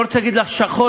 לא רוצה להגיד לך שחור,